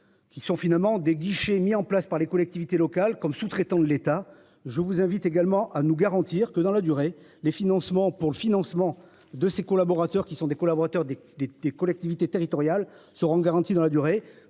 Qui sont finalement des guichets mis en place par les collectivités locales comme sous-traitant de l'État. Je vous invite également à nous garantir que dans la durée les financements pour le financement de ses collaborateurs qui sont des collaborateurs des des des collectivités territoriales seront garantis dans la durée